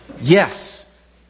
Yes